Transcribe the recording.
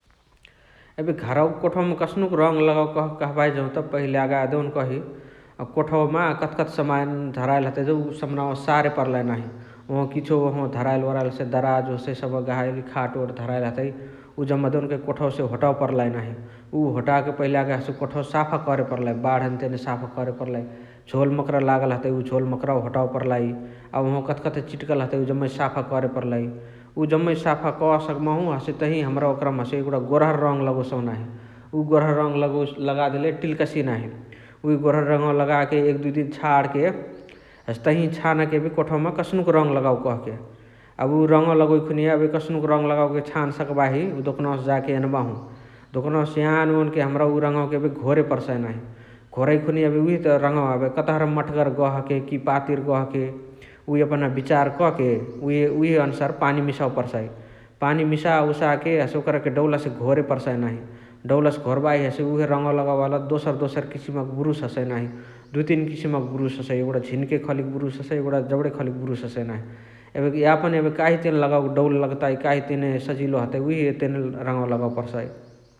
एबे घरवक कोठउमा कस्नुक रङ लगवके कहके कहबही जौत पहिल यागा देउनकही । अ कोठउमा कथकथि सामान धराइली जतएए जौ उ समनावा सारे पर्लाइ नाही । ओहावाअ किछो ओहावाअ धाराअइली ओराइली हसइ दराजउ हसइ सबह गहाइली खात धाराअइली हतइ । उ जम्मा देउनकही होतवे पर्लाही नाही । उ होताके पहिला यागा कोठवा साफा करे पर्लाई । बाण्हनी तेने साफा करे पर्लाई । झोल मकरा लागल हतइ उ झोल मकरा होतवे पर्लाई । अ ओहावाअ कथकथि चिट्कल हतइ जमै साफा करे पर्लइ । उ जमै साफा कसकबाहु हसे तही हमरा ओकरमा एगुणा गोरहर रङ लगोसहु नाही । उ गोरहर रङ लगो लगादेले टिल्कसी नाही । उहे गोरहर रङ्वा लगाके एक दुइ दिन छणके । हसे तही छान्के कोठउमा कस्नुक रङ लगावके कहाँके अ उअ रङ्वा लगोइ खुनिय कस्नुक रङ छान सक्बाही उ दोकनअवसे जाके एन्बाहु । दोकनअवसे यान वोनके हमरा रङवके घोरे पर्साअइ नाही । घोरइ खुनिया एबे उहेत रङवा कतहर मठगर गहके कि पातिर गहके । उ यपना बिचार कके उहे अनुसार पानी मिसावे पर्साइ । पानी मिसा उसाके हसे ओकरके डौलसे घोरे पर्साइ नाही । डौलसे घोर्बाही हसे उहे रङवा लगावे वाला दोसर दोसर किसिमका बुरुश हसइ नाही । दुइ तीन किसिमक बुरुश हसइ एगुणा झिनिके खालीक बुरुश हसइ एगुणा जबणे खालीक बुरुश हसइ नाही । एबे यापन एबे काही तेने लगावके डौल लगताइ काही तेने सजिलो हतइ उहे तेने रङवा लगावे पर्साइ ।